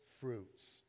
fruits